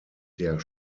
der